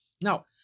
Now